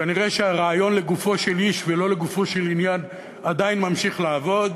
כנראה הרעיון לגופו של איש ולא לגופו של עניין עדיין ממשיך לעבוד.